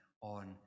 on